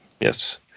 Yes